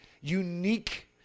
unique